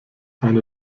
eine